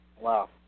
Wow